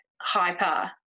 hyper